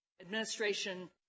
administration